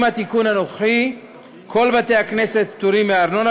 עם התיקון הנוכחי כל בתי-הכנסת פטורים מארנונה,